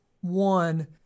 one